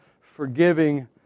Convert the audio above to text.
Forgiving